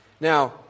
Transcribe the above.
Now